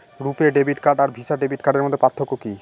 রূপে debit card আর Visa debit কার্ডের মধ্যে পার্থক্য কি?